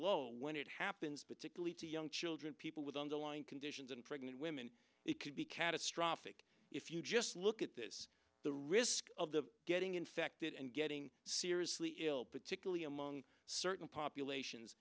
low when it happens particularly to young children people with underlying conditions and pregnant women it could be catastrophic if you just look at this the risk of the getting infected and getting seriously ill particularly among certain populations